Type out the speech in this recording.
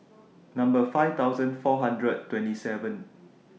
Number five thousand four hundred and twenty seven